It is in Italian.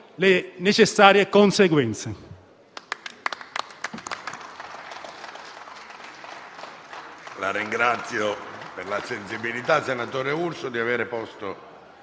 le necessarie conseguenze.